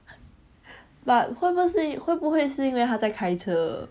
but 会不会是因为他在开车